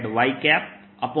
r r